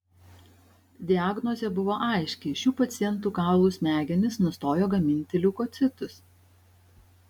diagnozė buvo aiški šių pacientų kaulų smegenys nustojo gaminti leukocitus